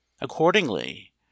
Accordingly